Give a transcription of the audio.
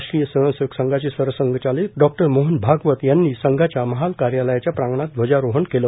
राष्ट्रीय स्वयंसेवक संघाचे सरसंघचालक डॉक्टर मोहन भागवत यांनी संघाच्या महाल कार्यालयाच्या प्रांगणात ध्वजरावहन केलं